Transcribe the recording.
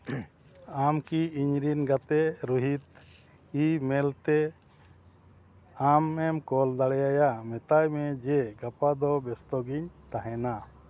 ᱟᱢ ᱠᱤ ᱤᱧ ᱨᱮᱱ ᱜᱟᱛᱮ ᱨᱳᱦᱤᱛ ᱤᱼᱢᱮᱹᱞ ᱛᱮ ᱟᱢᱮᱢ ᱠᱳᱞ ᱫᱟᱲᱮᱣᱟᱭᱟ ᱢᱮᱛᱟᱭ ᱢᱮ ᱡᱮ ᱜᱟᱯᱟ ᱫᱚ ᱵᱮᱥᱛᱚ ᱜᱮᱧ ᱛᱟᱦᱮᱱᱟ